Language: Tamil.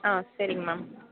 ஆ சரிங்க மேம்